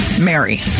Mary